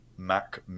Mac